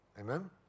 Amen